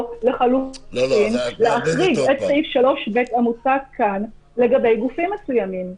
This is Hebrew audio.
או לחילופין להחריג את סעיף 3(ב) המוצע כאן לגבי גופים מסוימים.